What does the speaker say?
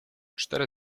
cztery